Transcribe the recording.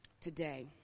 today